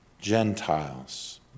Gentiles